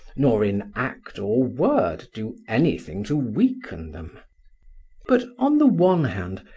nor in act or word do anything to weaken them but, on the one hand,